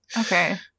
Okay